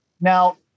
Now